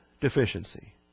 deficiency